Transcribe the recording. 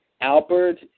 Albert